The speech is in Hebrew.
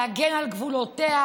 להגן על גבולותיה,